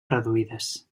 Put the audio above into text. reduïdes